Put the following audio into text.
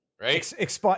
right